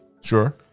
Sure